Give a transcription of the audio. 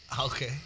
Okay